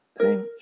Thank